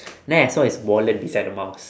then I saw his wallet beside the mouse